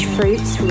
Fruits